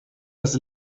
das